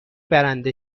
برنده